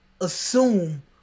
assume